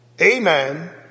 Amen